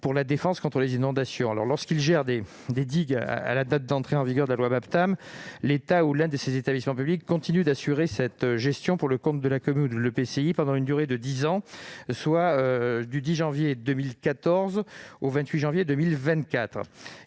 pour la défense contre les inondations. Lorsqu'il gère des digues à la date d'entrée en vigueur de la loi Maptam, l'État, ou l'un de ses établissements publics, continue d'assurer cette gestion pour le compte de la commune ou de l'EPCI pendant une durée de dix ans, soit du 10 janvier 2014 au 28 janvier 2024.